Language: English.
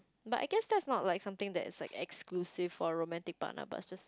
but I guess that's not like something that is like exclusive for a romantic partner but is just